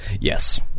yes